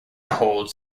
holds